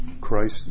Christ